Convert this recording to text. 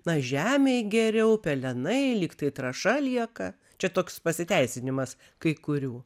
na žemei geriau pelenai lygtai trąša lieka čia toks pasiteisinimas kai kurių